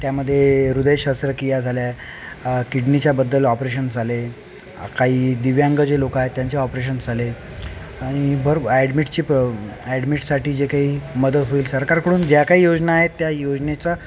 त्यामध्ये हृदय शस्त्रकिया झाल्या अ किडनीच्याबद्दल ऑपरेशन्स झाले काही दिव्यांग जे लोकं आहेत त्यांचे ऑपरेशन्स झाले आणि भरप ॲडमिटची प् ॲडमिटसाठी जे काही मदत होईल सरकारकडून ज्या काही योजना आहेत त्या योजनेचा